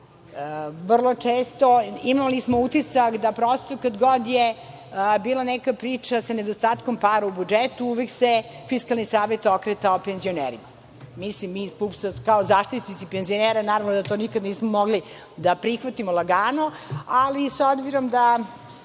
Vrlo često imali smo utisak da prosto kad god je bila neka priča sa nedostatkom para u budžetu, uvek se Fiskalni savet okretao penzionerima. Mislim, mi iz PUPS-a, kao zaštitnici penzionera, naravno da to nikad nismo mogli da prihvatimo lagano, ali s obzirom da